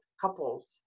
couples